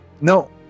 No